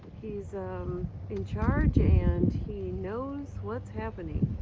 he's in charge and he knows what's happening.